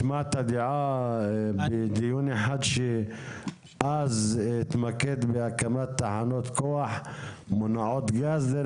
השמעת דעה בדיון אחד שהתמקד בתחנות כוח מונעות גז.